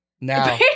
now